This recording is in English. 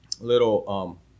little